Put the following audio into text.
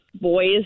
boys